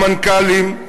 למנכ"לים,